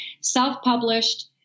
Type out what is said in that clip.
self-published